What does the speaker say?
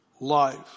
life